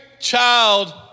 child